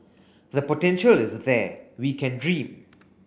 the potential is there we can dream